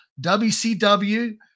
WCW